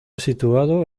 situado